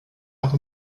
auch